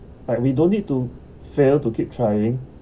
like we don't need to fail to keep trying